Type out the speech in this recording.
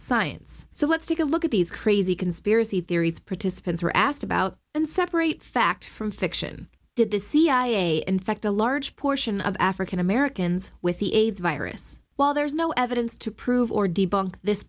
science so let's take a look at these crazy conspiracy theories participants were asked about and separate fact from fiction did the cia infect a large portion of african americans with the aids virus while there's no evidence to prove or debug this